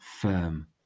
firm